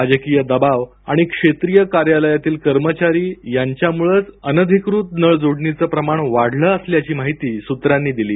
राजकीय दबाव आणि क्षेत्रीय कार्यालयातील कर्मचारी यांच्यामुळेच अनधिकृत नळ जोडणीचे प्रमाण वाढलं असल्याची माहिती सूत्रांनी दिली